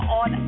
on